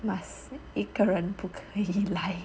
must 一个人不可以来